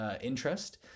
interest